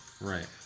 Right